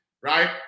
right